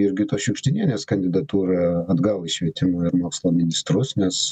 jurgitos šiugždinienės kandidatūrą atgal į švietimo ir mokslo ministrus nes